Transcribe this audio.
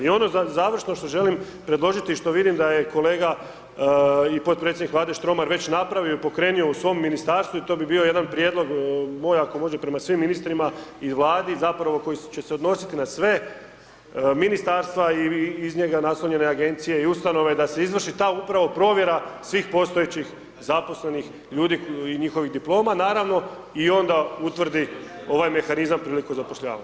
I ono završno što želim predložiti i što vidim da je kolega i podpredsjednik Vlade Štromar već napravio i pokrenio u svom ministarstvu i to bi bio jedan prijedlog moj ako može prema svim ministrima i Vladi zapravo koji će se odnositi na sve ministarstva i iz njega naslonjene agencije i ustanove da se izvrši ta upravo provjera svih postojećih zaposlenih ljudi i njihovih diploma naravno i onda utvrdi ovaj mehanizam prilikom zapošljavanja.